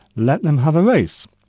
let them have a race.